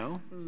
No